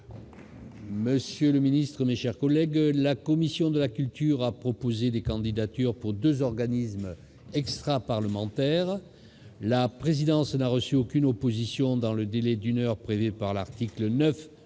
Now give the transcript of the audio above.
n° 124 : Le Sénat a adopté. La commission de la culture a proposé des candidatures pour deux organismes extraparlementaires. La présidence n'a reçu aucune opposition dans le délai d'une heure prévu par l'article 9